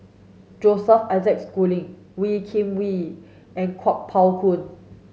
Joseph Isaac Schooling Wee Kim Wee and Kuo Pao Kun